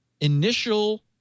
initial